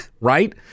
right